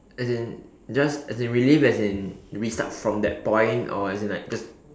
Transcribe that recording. as in just as in relive as in restart from that point or as in like just